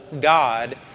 God